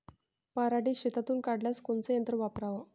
पराटी शेतातुन काढाले कोनचं यंत्र वापराव?